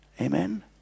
Amen